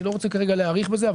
אני לא רוצה כרגע להאריך בזה.